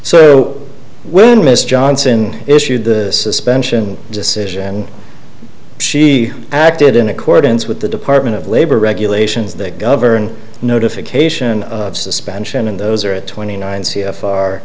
so when mr johnson issued the suspension decision she acted in accordance with the department of labor regulations that govern notification of suspension and those are at twenty nine c